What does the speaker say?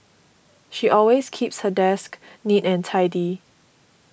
she always keeps her desk neat and tidy